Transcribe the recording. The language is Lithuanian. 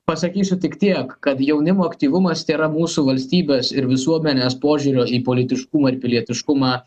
pasakysiu tik tiek kad jaunimo aktyvumas tėra mūsų valstybės ir visuomenės požiūrio į politiškumą ir pilietiškumą